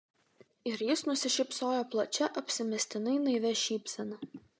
ir jis nusišypsojo plačia apsimestinai naivia šypsena